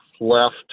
left